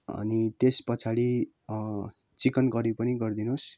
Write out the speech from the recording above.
अनि त्यस पछाडि चिकन करी पनि गरिदिनुहोस्